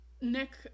Nick